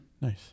nice